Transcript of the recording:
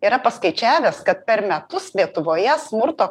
yra paskaičiavęs kad per metus lietuvoje smurto